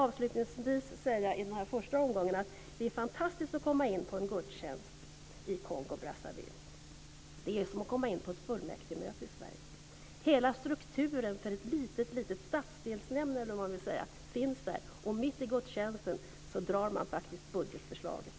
Avslutningsvis vill jag i den här första omgången säga att det är fantastiskt att komma in på en gudstjänst i Kongo-Brazzaville. Det är som att komma in på ett fullmäktigemöte i Sverige. Hela strukturen för en liten stadsdelsnämnd, eller vad man vill säga, finns där. Och mitt i gudstjänsten drar man faktiskt budgetförslaget.